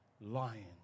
lion